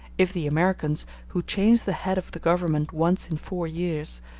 if the americans, who change the head of the government once in four years,